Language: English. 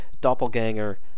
doppelganger